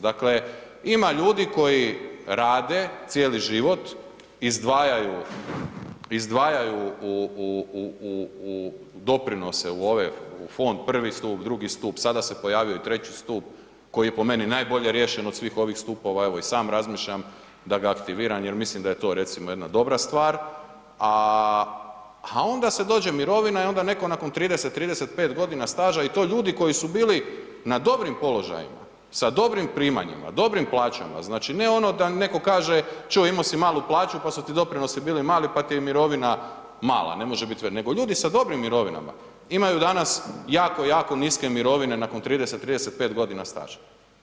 Dakle, ima ljudi koji rade cijeli život, izdvajaju u u, u, u, u doprinose u ove fond, prvi stup, drugi stup, sada se pojavio i treći stup koji je po meni najbolje riješen od svih ovih stupova, evo i sam razmišljam da ga aktiviram jer mislim da je to recimo jedna dobra stvar, a, a onda se dođe mirovina i onda neko nakon 30-35.g. staža i to ljudi koji su bili na dobrim položajima, sa dobrim primanjima, dobrim plaćama, znači ne ono da neko kaže čuj imo si malu plaću, pa su ti doprinosi bili mali, pa ti je i mirovina mala, ne može bit velika, nego ljudi sa dobrim mirovinama imaju danas jako, jako niske mirovine nakon 30-35.g. staža.